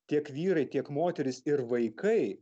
tiek vyrai tiek moterys ir vaikai